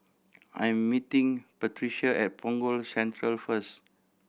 I am meeting Patrica at Punggol Central first